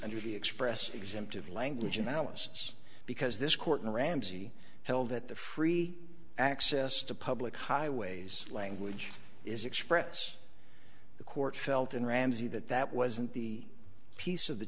the express exempt of language analysis because this court in ramsey held that the free access to public highways language is express the court felt in ramsey that that wasn't the piece of the